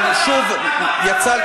אבל שוב,